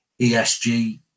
ESG